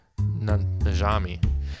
Najami